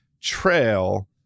trail